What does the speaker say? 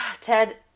Ted